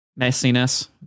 messiness